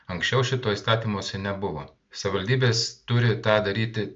anksčiau šito įstatymuose nebuvo savivaldybės turi tą daryti